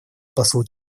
послу